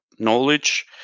knowledge